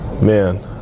Man